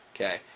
Okay